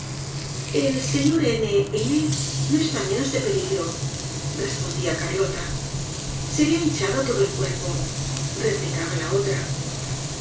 el señor n n no esta menos de peligro respondía carlota se la ha hinchado todo el cuerpo replicaba la otra